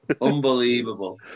Unbelievable